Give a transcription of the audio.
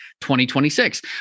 2026